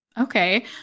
Okay